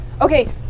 okay